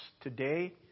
today